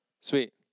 Sweet